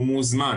הוא מוזמן,